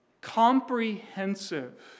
comprehensive